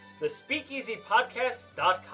thespeakeasypodcast.com